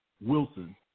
Wilson